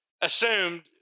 assumed